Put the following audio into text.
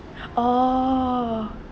oh